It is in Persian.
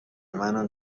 منو